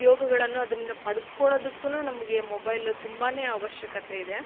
ಉಪಯೋಗಳನ್ನು ಅದರಿಂದ ಪಡ್ದ್ಕೊಳ್ಳದಕ್ಕು ನಮಗೆ ಮೊಬೈಲ್ ತುಂಬಾ ಅವಶ್ಯಕತೆ ಇದೆ